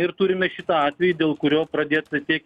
ir turime šitą atvejį dėl kurio pradėta tiek